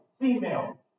female